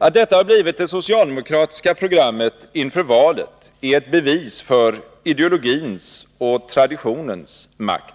Att detta har blivit det socialdemokratiska programmet inför valet är ett bevis för ideologins och traditionens makt.